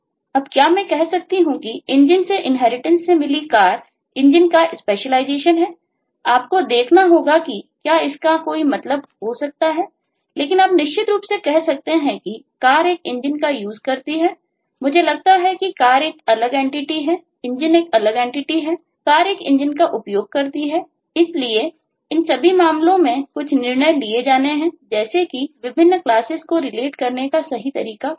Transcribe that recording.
अब क्या मैं कह सकता हूं कि Engine से इनहेरिटेंस में मिली Car Engine का स्पेशलाइजेशन करने का सही तरीका क्या है